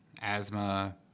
asthma